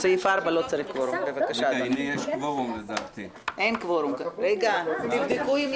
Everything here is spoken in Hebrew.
(היו"ר איתן גינזבורג) בקשת יושבי-ראש